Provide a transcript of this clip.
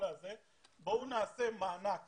בואו נעשה מענק